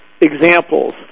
Examples